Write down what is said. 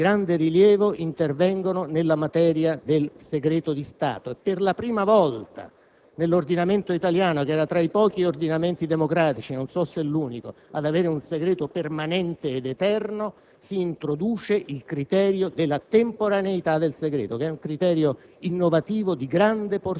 Altre norme di grande rilievo intervengono nella materia del segreto di Stato. Per la prima volta nell'ordinamento italiano, che era tra i pochi ordinamenti democratici - non so se l'unico - ad avere un segreto permanente ed eterno, si introduce la temporaneità del